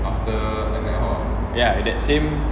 ya that same